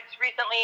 recently